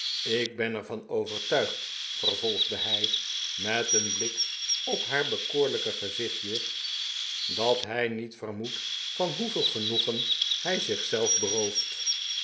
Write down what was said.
ik ben er van overtuigd vervolgde hij met een blik op haar bekoorlijke gezichtje dat hij niet vermoedt van hoeveel genoegen hij zich zelf berooft